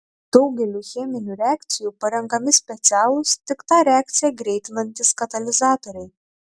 daugeliui cheminių reakcijų parenkami specialūs tik tą reakciją greitinantys katalizatoriai